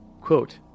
quote